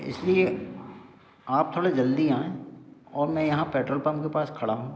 इसलिए आप थोड़ा जल्दी आएँ और मैं यहाँ पेट्रोल पंप के पास खड़ा हूँ